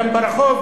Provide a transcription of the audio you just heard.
גם ברחוב,